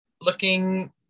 looking